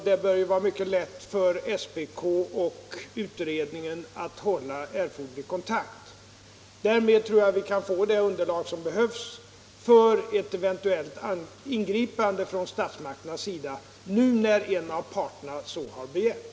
Det bör vara mycket lätt för SPK och utredningen att hålla erforderlig kontakt med varandra. Därmed tror jag att vi kan få det underlag som behövs för ett eventuellt ingripande från statsmakterna, när nu en av parterna så har begärt.